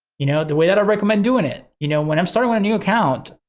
you know, the way that i recommend doing it, you know, when i'm starting a new account,